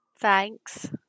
thanks